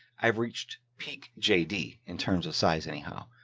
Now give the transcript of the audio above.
i've reached peak j d in terms of size. anyhow,